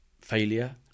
failure